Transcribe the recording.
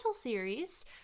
series